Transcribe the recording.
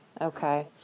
Okay